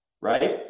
right